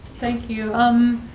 thank you. um,